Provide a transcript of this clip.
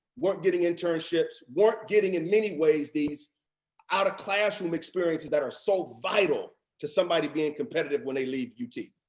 weren't getting internships, weren't getting in many ways these out of classroom experiences that are so vital to somebody being competitive when they leave ut.